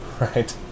right